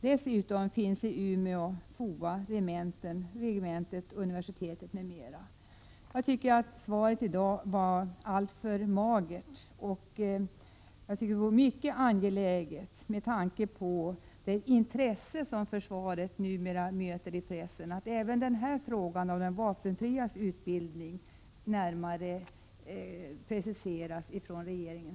Dessutom finns i Umeå FOA, regementet och universitetet. Jag tycker att dagens svar är alltför magert. Det är mycket angeläget, med tanke på det intresse som försvaret numera möter i pressen, att även frågan om de vapenfrias utbildning närmare preciseras av regeringen.